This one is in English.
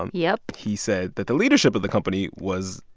um yep. he said that the leadership of the company was,